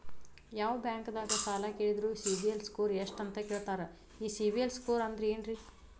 ಯಾವ ಬ್ಯಾಂಕ್ ದಾಗ ಸಾಲ ಕೇಳಿದರು ಸಿಬಿಲ್ ಸ್ಕೋರ್ ಎಷ್ಟು ಅಂತ ಕೇಳತಾರ, ಈ ಸಿಬಿಲ್ ಸ್ಕೋರ್ ಅಂದ್ರೆ ಏನ್ರಿ?